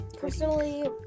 Personally